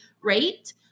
rate